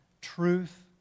truth